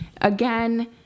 again